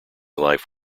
life